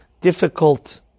difficult